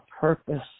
purpose